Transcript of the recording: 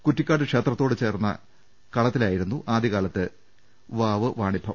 കുറ്റിക്കാട് ക്ഷേത്രത്തോട് ചേർന്ന കളത്തിലായിരുന്നു ആദ്യകാലത്ത് വാവ് വാണിഭം